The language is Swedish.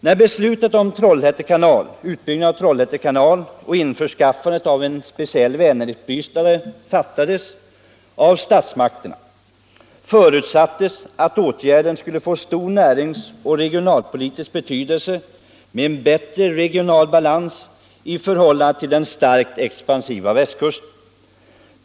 När beslutet om utbyggnad av Trollhätte kanal och införskaffande av en speciell Vänerisbrytare fattades av statsmakterna förutsattes det att åtgärden skulle få stor näringsoch regionalpolitisk betydelse och ge en bättre regional balans i förhållande till den starkt expansiva västkusten.